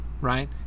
right